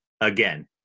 again